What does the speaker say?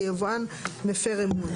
כי היבואן מפר אמון.